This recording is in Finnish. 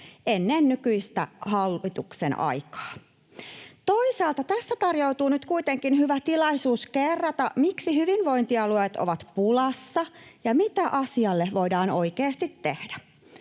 ennen nykyisen hallituksen aikaa. Toisaalta tässä tarjoutuu nyt kuitenkin hyvä tilaisuus kerrata, miksi hyvinvointialueet ovat pulassa ja mitä asialle voidaan oikeasti tehdä.